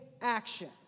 action